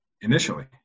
initially